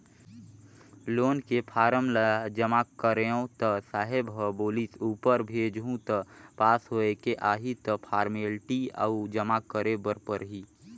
loan के form ल जमा करेंव त साहब ह बोलिस ऊपर भेजहूँ त पास होयके आही त फारमेलटी अउ जमा करे बर परही